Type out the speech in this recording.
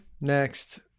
Next